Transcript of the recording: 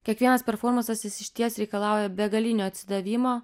kiekvienas performansas jis išties reikalauja begalinio atsidavimo